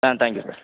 ah thank you sir